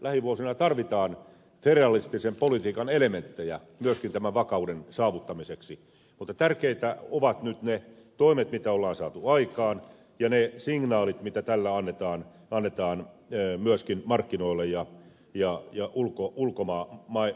lähivuosina tarvitaan federalistisen politiikan elementtejä myöskin tämän vakauden saavuttamiseksi mutta tärkeitä ovat nyt ne toimet mitä on saatu aikaan ja ne signaalit mitä tällä annetaan myöskin markkinoille ja ulkomaille